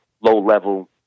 low-level